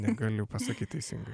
negaliu pasakyt teisingai